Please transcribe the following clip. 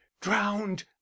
drowned